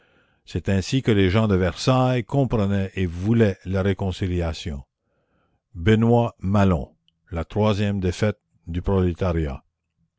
c'est ainsi que les gens de versailles comprenaient et voulaient la réconciliation benoît malon la troisième défaite du prolétariat